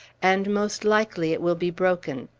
and most likely it will be broken.